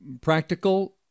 practical